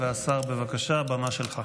השר, בבקשה, הבמה שלך.